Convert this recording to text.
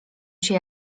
się